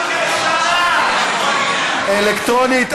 אלקטרונית.